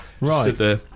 Right